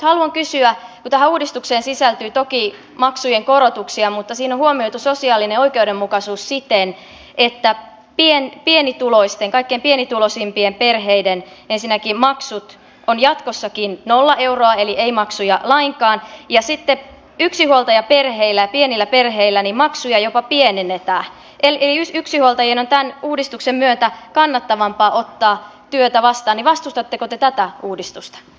kun tähän uudistukseen sisältyi toki maksujen korotuksia mutta siinä on huomioitu sosiaalinen oikeudenmukaisuus siten että ensinnäkin kaikkein pienituloisimpien perheiden maksut ovat jatkossakin nolla euroa eli ei maksuja lainkaan ja sitten yksihuoltajaperheillä ja pienillä perheillä maksuja jopa pienennetään eli yksinhuoltajien on tämän uudistuksen myötä kannattavampaa ottaa työtä vastaan niin vastustatteko te tätä uudistusta